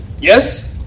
Yes